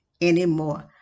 anymore